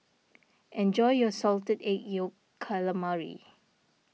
enjoy your Salted Egg Yolk Calamari